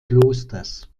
klosters